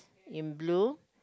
in blue